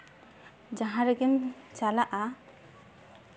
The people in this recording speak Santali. ᱡᱟᱦᱟᱸ ᱨᱮᱜᱮᱢ ᱪᱟᱞᱟᱜᱼᱟ